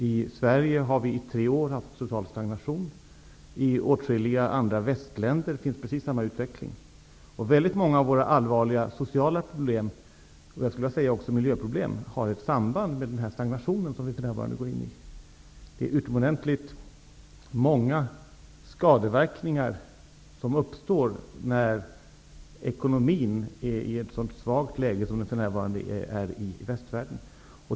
I Sverige har vi i tre år haft total stagnation. I åtskilliga andra västländer är utvecklingen precis densamma. Väldigt många av våra allvarliga sociala problem och också miljöproblem har ett samband med den stagnation som vi håller på att gå in i. Det uppstår utomordentligt många skadeverkningar när ekonomin i västvärlden är så svag som den nu är.